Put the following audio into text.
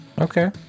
Okay